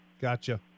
gotcha